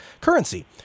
currency